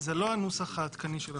זה לא הנוסח העדכני של החוק.